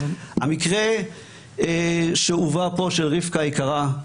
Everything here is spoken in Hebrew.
המקרה שהובא פה, של רבקה היקרה,